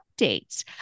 updates